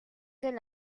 del